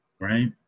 right